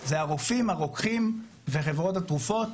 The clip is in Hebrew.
זה הרופאים, הרוקחים, וחברות התרופות,